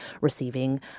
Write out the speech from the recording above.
receiving